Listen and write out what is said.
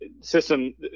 system